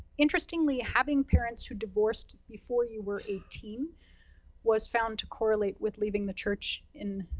interestingly, having parents who divorced before you were eighteen was found to correlate with leaving the church in,